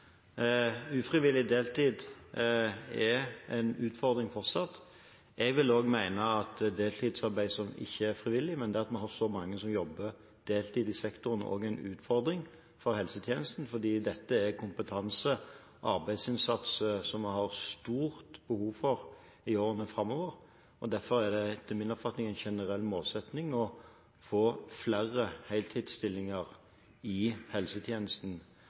Ufrivillig deltid er fortsatt en utfordring. Jeg mener også at deltidsarbeid som ikke er frivillig, det at vi har så mange som jobber deltid i sektoren, er en utfordring for helsetjenesten, fordi dette er kompetanse og arbeidsinnsats som vi har stort behov for i årene framover. Derfor er det etter min oppfatning en generell målsetting å få flere heltidsstillinger i helsetjenesten.